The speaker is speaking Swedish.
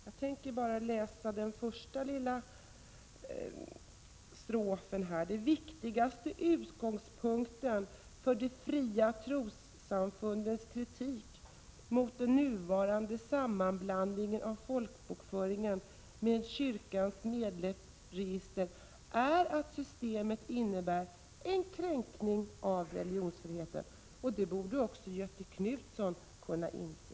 Jag tänker bara läsa den första lilla strofen: Den viktigaste utgångspunkten för de fria trossamfundens kritik mot den nuvarande sammanblandningen av folkbokföringen med kyrkans medlemsregister är att systemet innebär en kränkning av religionsfriheten. Det borde också Göthe Knutson kunna inse.